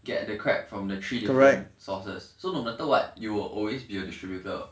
get the crab from the three different sources so no matter what you will always be a distributor